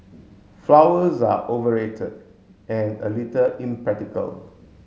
flowers are overrated and a little impractical